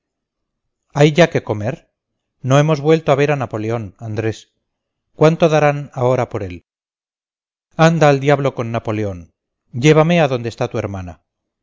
hay ya qué comer no hemos vuelto a ver a napoleón andrés cuánto darán ahora por él anda al diablo con napoleón llévame a donde está tu hermana